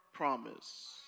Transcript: Promise